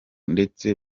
ndetse